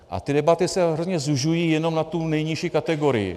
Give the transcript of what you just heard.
A debaty se hrozně zužují jenom na tu nejnižší kategorii.